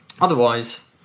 Otherwise